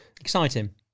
exciting